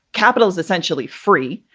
capital is essentially free,